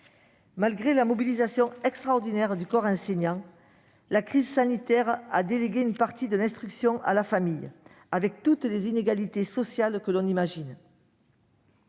Malgré la mobilisation extraordinaire du corps enseignant, la crise sanitaire a délégué une partie de l'instruction à la famille, avec toutes les inégalités sociales que l'on imagine.